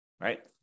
right